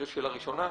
שאלה שנייה: